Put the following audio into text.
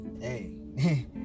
hey